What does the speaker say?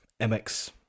mx